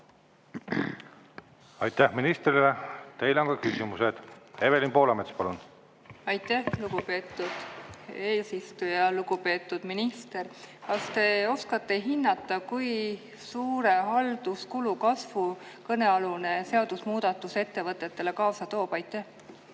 Aitäh ministrile! Teile on ka küsimused. Evelin Poolamets, palun! Aitäh, lugupeetud eesistuja! Lugupeetud minister! Kas te oskate hinnata, kui suure halduskulu kasvu kõnealune seadusmuudatus ettevõtetele kaasa toob? Aitäh,